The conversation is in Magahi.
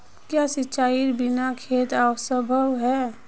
क्याँ सिंचाईर बिना खेत असंभव छै?